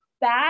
bad